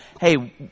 hey